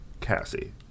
Cassie